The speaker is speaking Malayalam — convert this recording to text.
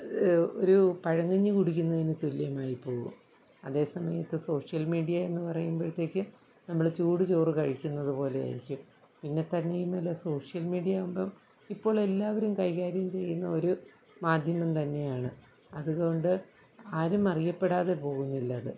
ഒരു പഴങ്കഞ്ഞി കുടിക്കുന്നതിനു തുല്യമായി പോകും അതേസമയത്ത് സോഷ്യൽ മീഡിയ എന്നു പറയുമ്പോഴത്തേക്ക് നമ്മൾ ചൂട് ചോറ് കഴിക്കുന്നത് പോലെയായിരിക്കും പിന്നെ തന്നെയുമല്ല സോഷ്യൽ മീഡിയാവുമ്പം ഇപ്പോൾ എല്ലാവരും കൈകാര്യം ചെയ്യുന്ന ഒരു മാധ്യമം തന്നെയാണ് അതുകൊണ്ട് ആരും അറിയപ്പെടാതെ പോകുന്നില്ലത്